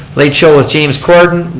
late show with james cordon,